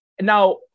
Now